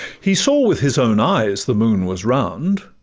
he saw with his own eyes the moon was round,